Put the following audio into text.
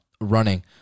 running